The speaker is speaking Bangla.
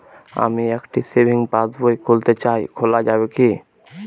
আমি একটি সেভিংস পাসবই খুলতে চাই খোলা যাবে কি?